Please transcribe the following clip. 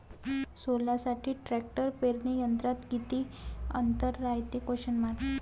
सोल्यासाठी ट्रॅक्टर पेरणी यंत्रात किती अंतर रायते?